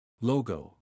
Logo